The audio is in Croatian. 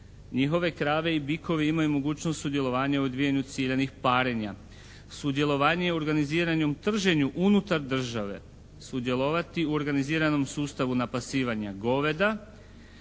njihove krave i bikovi imaju mogućnost sudjelovanja u odvijanju ciljanih parenja, sudjelovanje u organiziranim trženju unutar države, sudjelovati u organiziranom sustavu napasivanja goveda,